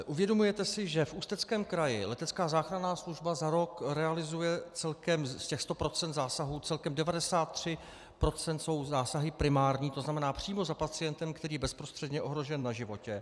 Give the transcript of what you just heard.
Uvědomujete si, že v Ústeckém kraji letecká záchranná služba za rok realizuje ze 100 % zásahů celkem 93 % zásahů primárních, to znamená přímo za pacientem, který je bezprostředně ohrožen na životě?